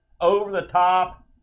over-the-top